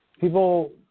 People